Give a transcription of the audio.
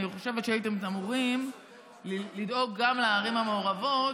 אני חושבת שהייתם אמורים לדאוג גם לערים המעורבות,